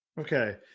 Okay